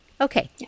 Okay